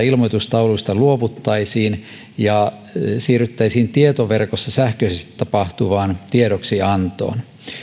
ilmoitustauluista luovuttaisiin ja siirryttäisiin tietoverkossa sähköisesti tapahtuvaan tiedoksiantoon